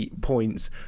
points